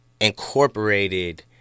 incorporated